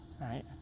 right